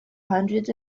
hundreds